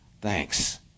thanks